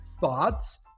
thoughts